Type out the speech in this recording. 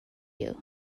you